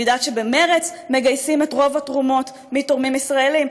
אני יודעת שבמרצ מגייסים את רוב התרומות מתורמים ישראלים.